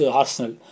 arsenal